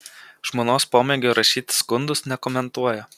žmonos pomėgio rašyti skundus nekomentuoja